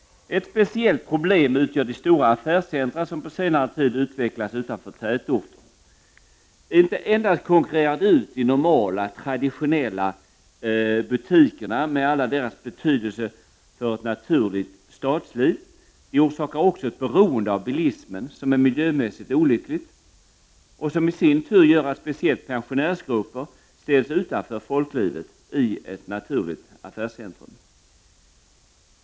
Ett speciellt problem utgör de stora affärscentra som på senare tid utvecklats utanför tätorter. Inte endast konkurrerar de ut de normala, traditionella butikerna med all deras betydelse för ett naturligt stadsliv. De orsakar också ett beroende av bilismen som är miljömässigt olyckligt och som i sin tur gör att speciellt pensionärsgrupper ställs utanför folklivet i ett naturligt affärscentrum.